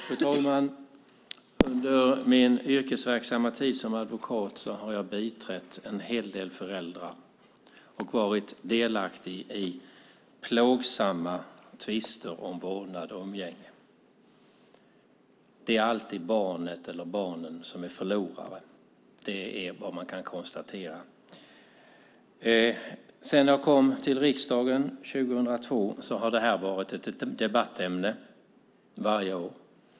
Fru talman! Under min yrkesverksamma tid som advokat har jag biträtt en hel del föräldrar och varit delaktig i plågsamma tvister om vårdnad och umgänge. Det är alltid barnet eller barnen som är förlorare. Det är vad man kan konstatera. Sedan jag kom till riksdagen 2002 har detta varit ett debattämne varje år.